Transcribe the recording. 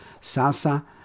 Salsa